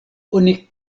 oni